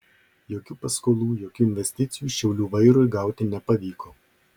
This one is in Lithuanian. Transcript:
jokių paskolų jokių investicijų šiaulių vairui gauti nepavyko